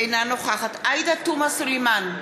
אינה נוכחת עאידה תומא סלימאן,